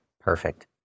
Perfect